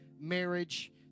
marriage